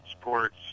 sports